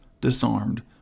disarmed